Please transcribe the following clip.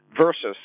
versus